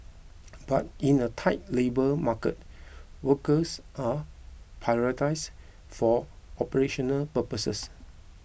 but in a tight labour market workers are prioritised for operational purposes